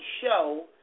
show